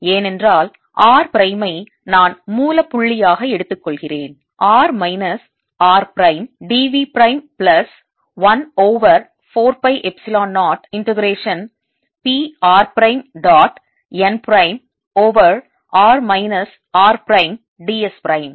ஏனென்றால் r பிரைமை நான் மூல புள்ளியாக எடுத்துக்கொள்கிறேன் r minus r prime d v prime plus 1 over 4 pi epsilon 0 integration P r prime dot n prime over r minus r prime d s prime